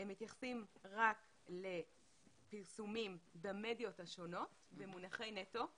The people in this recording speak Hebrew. הם מתייחסים רק לפרסומים במדיות השונות במונחי נטו,